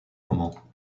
moment